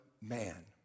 man